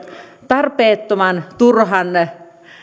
tarpeettoman turhan